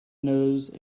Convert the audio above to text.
nose